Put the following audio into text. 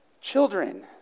Children